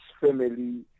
family